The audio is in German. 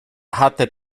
hatte